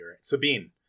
Sabine